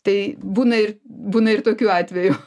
tai būna ir būna ir tokių atvejų